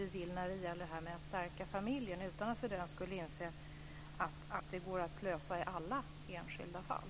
Vi vill alltså stärka familjen, även om vi inser att detta inte kan lösa problemen i alla enskilda fall.